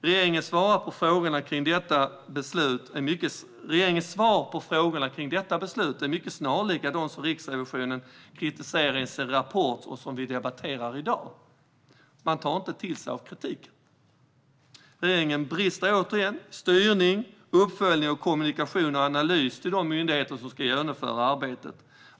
Regeringens svar på frågor kring detta beslut är mycket snarlika dem som Riksrevisionen kritiserar i sin rapport, som vi debatterar i dag. Man tar inte till sig av kritiken. Regeringen brister återigen i styrning, uppföljning, kommunikation och analys gentemot de myndigheter som ska genomföra arbetet.